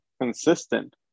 consistent